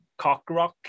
Cockrock